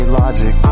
logic